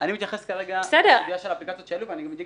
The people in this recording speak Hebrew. אני מתייחס כרגע לסוגיה של אפליקציות ואני גם אומר